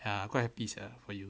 I'm quite happy sia for you